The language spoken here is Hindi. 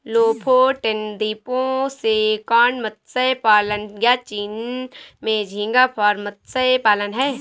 लोफोटेन द्वीपों से कॉड मत्स्य पालन, या चीन में झींगा फार्म मत्स्य पालन हैं